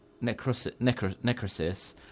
necrosis